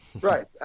right